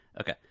Okay